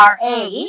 RA